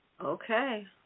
Okay